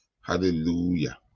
Hallelujah